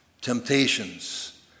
temptations